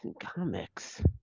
comics